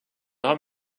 haben